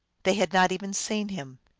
they had not even seen him.